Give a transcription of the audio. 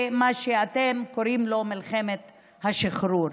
מה שאתם קוראים לו מלחמת השחרור.